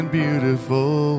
beautiful